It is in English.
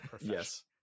Yes